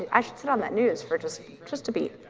i should sit on that news for just just a beat